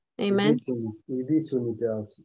Amen